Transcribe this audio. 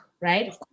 right